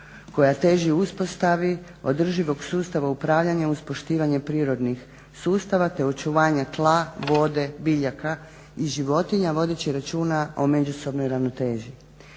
koja teži uspostavi održivog sustava upravljanja uz poštivanje prirodnih sustava, te očuvanja tla, vode, biljaka i životinja vodeći računa o međusobnoj ravnoteži.